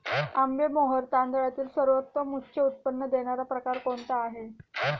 आंबेमोहोर तांदळातील सर्वोत्तम उच्च उत्पन्न देणारा प्रकार कोणता आहे?